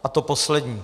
A to poslední.